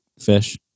fish